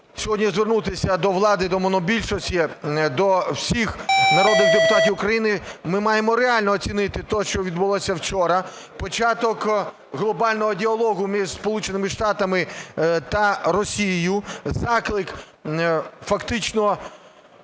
сьогодні звернутися до влади і до монобільшості, до всіх народних депутатів України. Ми маємо реально оцінити то, що відбулося вчора – початок глобального діалогу між Сполученими Штатами та Росією. Заклик фактично